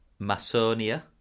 Masonia